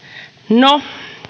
no